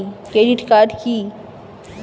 Credit card কি?